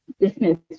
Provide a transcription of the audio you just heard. dismissed